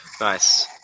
Nice